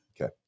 Okay